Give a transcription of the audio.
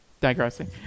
Digressing